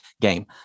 game